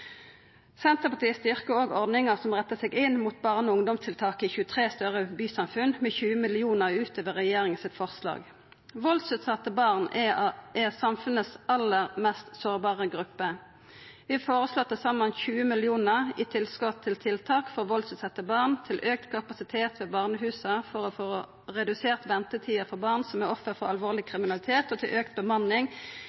Senterpartiet styrkjer òg ordninga som rettar seg inn mot barne- og ungdomstiltak i 23 større bysamfunn med 20 mill. kr ut over regjeringas forslag. Valdsutsette barn er samfunnets aller mest sårbare gruppe. Vi føreslår til saman 20 mill. kr i tilskot til tiltak for valdsutsette barn, til auka kapasitet ved barnehusa for å få redusert ventetida for barn som er offer for alvorleg